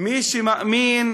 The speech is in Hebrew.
מי שמאמין